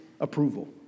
approval